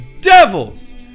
devils